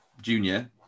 Junior